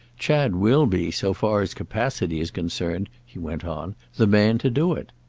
chad will be, so far as capacity is concerned, he went on, the man to do it.